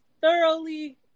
thoroughly